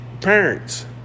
parents